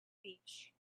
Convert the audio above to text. beach